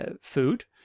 food